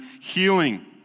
healing